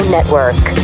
Network